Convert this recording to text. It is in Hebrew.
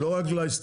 לא רק להסתדרות.